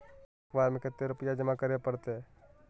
एक बार में कते रुपया जमा करे परते?